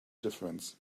difference